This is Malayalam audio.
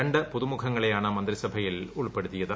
രണ്ട് പൂതുമുഖങ്ങളെയാണ് മന്ത്രിസഭയിൽ ഉൾപ്പെടുത്തിയത്